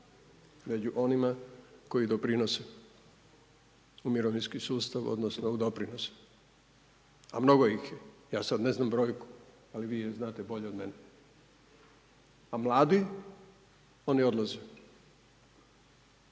među onima koji doprinose u mirovinski sustav odnosno u doprinose, a mnogo ih je. Ja sad ne znam brojku, ali vi je znate bolje od mene. A mladi? Oni odlaze. Prema